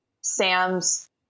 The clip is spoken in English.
Sam's